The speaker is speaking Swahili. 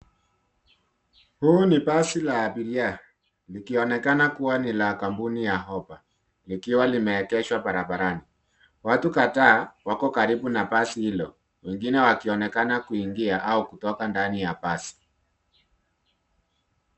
Huu ni basi la abiria likionekana kuwa ni la kampuni ya Hoppa likiwa limeegeshwa barabarani. Watu kadhaa wako karibu na basi hilo, wengine wakionekana kuingia au kutoka ndani ya basi.